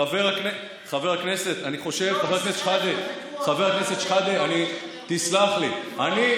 חבר הכנסת שחאדה, בוויכוח, תסלח לי, אני,